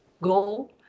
go